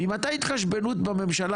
ממתי התחשבנות בממשלה,